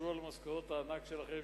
חשבו על משכורות הענק שלכם,